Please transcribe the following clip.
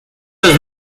las